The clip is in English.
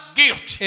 gift